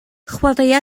chwaraea